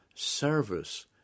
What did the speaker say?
service